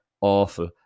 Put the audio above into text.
awful